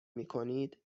میکنید